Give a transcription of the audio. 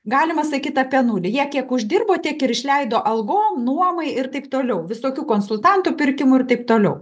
galima sakyt apie nulį jie kiek uždirbo tiek ii išleido algom nuomai ir taip toliau visokių konsultantų pirkimui ir taip toliau